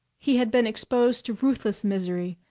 he had been exposed to ruthless misery,